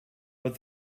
but